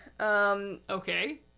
Okay